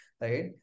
right